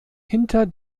hinter